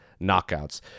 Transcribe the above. knockouts